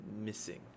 missing